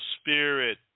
Spirit